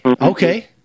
Okay